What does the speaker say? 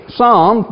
Psalm